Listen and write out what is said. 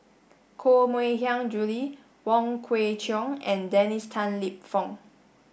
Koh Mui Hiang Julie Wong Kwei Cheong and Dennis Tan Lip Fong